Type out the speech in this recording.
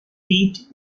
pete